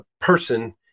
person